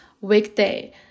weekday